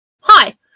Hi